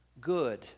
good